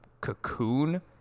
cocoon